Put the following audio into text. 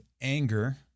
anger